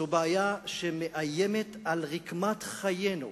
זו בעיה שמאיימת על רקמת חיינו.